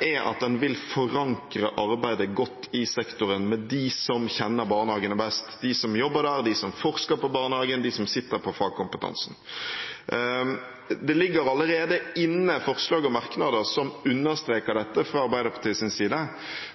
er at den vil forankre arbeidet godt i sektoren med dem som kjenner barnehagen best – de som jobber der, de som forsker på barnehagen, de som sitter på fagkompetansen. Det ligger allerede inne forslag og merknader som understreker dette fra Arbeiderpartiets side,